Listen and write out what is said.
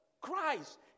Christ